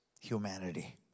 humanity